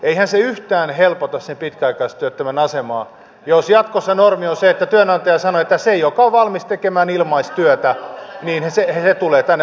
eihän se yhtään helpota sen pitkäaikaistyöttömän asemaa jos jatkossa normi on se että työnantaja sanoo että ne jotka ovat valmiita tekemään ilmaistyötä tulevat tänne